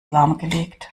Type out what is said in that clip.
lahmgelegt